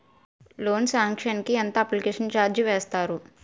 Loan sanction కి ఎంత application charge వేస్తారు?